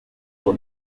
uko